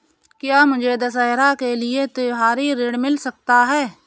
क्या मुझे दशहरा के लिए त्योहारी ऋण मिल सकता है?